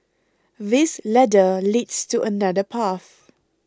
this ladder leads to another path